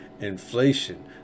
inflation